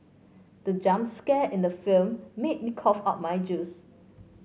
the jump scare in the film made me cough out my juice